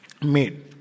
made